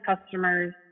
customers